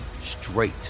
straight